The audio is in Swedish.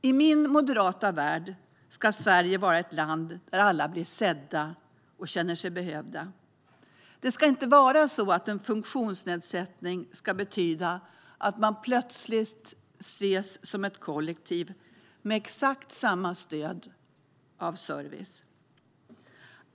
I min moderata värld ska Sverige vara ett land där alla blir sedda och känner sig behövda. En funktionsnedsättning ska inte behöva betyda att man plötsligt ses som ett kollektiv med exakt samma behov av stöd och service.